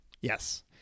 Yes